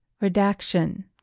redaction